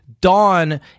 Dawn